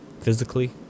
physically